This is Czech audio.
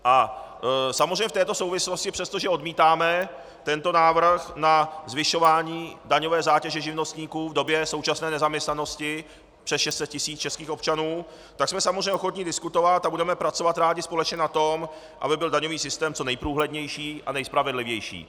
A samozřejmě v této souvislosti, přestože odmítáme tento návrh na zvyšování daňové zátěže živnostníků v době současné nezaměstnanosti přes 600 tisíc českých občanů, tak jsme samozřejmě ochotni diskutovat a budeme pracovat rádi společně na tom, aby byl daňový systém co nejprůhlednější a nejspravedlivější.